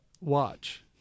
Watch